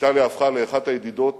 ואיטליה הפכה לאחת הידידות